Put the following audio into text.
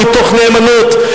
מתוך נאמנות.